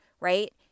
right